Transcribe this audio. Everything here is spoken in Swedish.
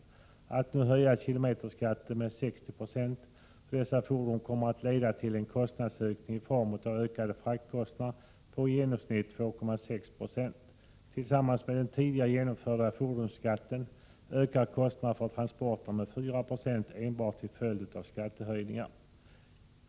Om man nu höjer kilometerskatten med 60 Z för dessa fordon, kommer det att leda till en ökning av fraktkostnaderna om i genomsnitt 2,6 920. Tillsammans med den tidigare genomförda fordonsskatten ökar kostnaderna för transporter med 4 96 enbart till följd av skattehöjningar.